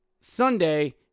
Sunday